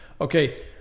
Okay